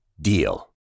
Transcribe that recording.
DEAL